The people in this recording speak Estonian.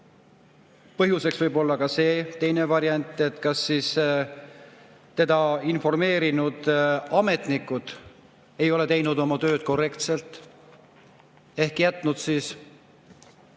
Põhjuseks võib olla ka see – teine variant –, et teda informeerinud ametnikud ei ole teinud oma tööd korrektselt ehk on jätnud